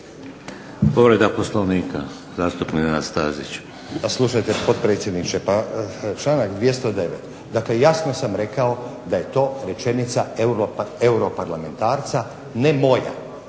Povreda Poslovnika. Zastupnik Nenad Stazić.